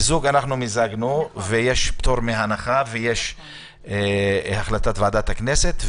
מיזגנו ויש פטור מחובת הנחה ויש החלטת ועדת הכנסת.